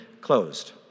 closed